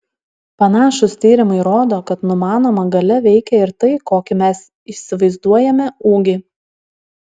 panašūs tyrimai rodo kad numanoma galia veikia ir tai kokį mes įsivaizduojame ūgį